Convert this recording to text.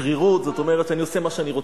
שרירות, זאת אומרת, שאני עושה מה שאני רוצה.